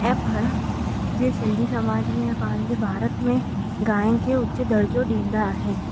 ऐं पाण जीअं सिंधी समाज में या पंहिंजे भारत में गांइ खे उच्च दर्जो ॾींदा आहिनि